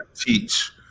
teach